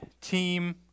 Team